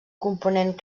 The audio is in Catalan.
component